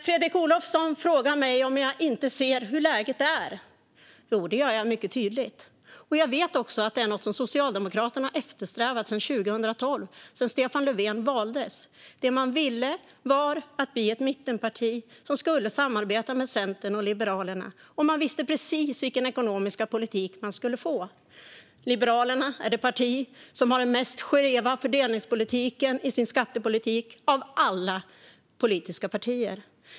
Fredrik Olovsson frågar mig om jag inte ser hur läget är. Jo, det gör jag mycket tydligt. Jag vet också att det är något som Socialdemokraterna har eftersträvat sedan 2012, då Stefan Löfven valdes. Det man ville var att bli ett mittenparti som skulle samarbeta med Centern och Liberalerna, och man visste precis vilken ekonomisk politik man skulle få. Liberalerna är det parti som i sin skattepolitik har den skevaste fördelningspolitiken av alla politiska partier.